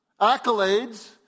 accolades